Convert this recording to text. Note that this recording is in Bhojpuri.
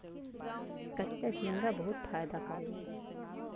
कच्चा झींगा बहुत फायदा करेला